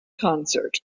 concert